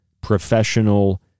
professional